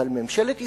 אבל ממשלת ישראל,